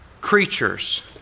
creatures